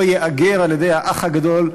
לא ייאגרו על-ידי "האח הגדול",